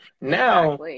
now